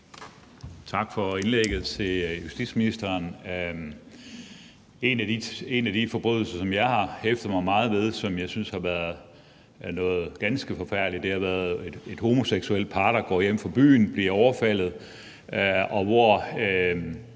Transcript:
for indlægget. En af de forbrydelser, som jeg har hæftet mig meget ved, og som jeg synes har været ganske forfærdeligt, har været mod et homoseksuelt par, der går hjem fra byen og bliver overfaldet.